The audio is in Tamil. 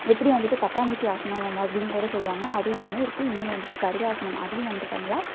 எப்படி வந்துட்டு பட்டாம்பூச்சி ஆசனம் அப்டின்னு கூட சொல்வாங்க அதுவும் ஒன்று இருக்குது இன்னோன்று வந்துட்டு கருடாசனம் அதையும் வந்துட்டு பண்ணலாம்